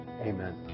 Amen